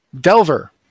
Delver